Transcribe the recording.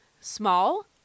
small